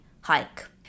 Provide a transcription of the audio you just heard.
hike